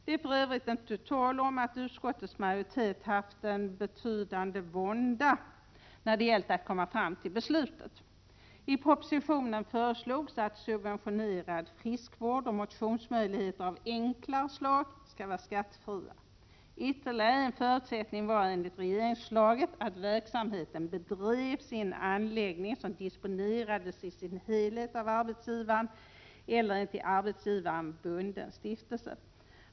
Det är för övrigt inte tu tal om att utskottets majoritet haft en betydande vånda, när det gällt att komma fram till beslut. I propositionen föreslogs att subventionerad friskvård och motionsmöjligheter av enklare slag skulle vara skattefria. Ytterligare en förutsättning var enligt regeringsförslaget att verksamheten bedrevs i en anläggning som disponerades i sin helhet av arbetsgivaren eller en till arbetsgivaren bunden stiftelse.